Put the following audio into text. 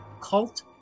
cult